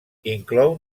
inclou